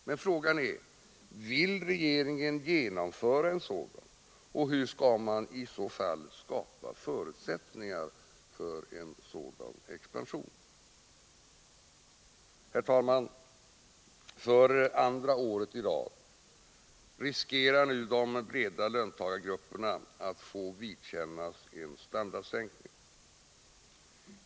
Men frågan är: Vill regeringen genomföra en sådan? Och hur skall man i så fall skapa förutsättningar för en sådan expansion? Herr talman! För andra året i rad riskerar nu de stora löntagargrupperna att få vidkännas en standardsänkning.